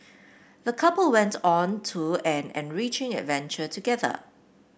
the couple went on to an enriching adventure together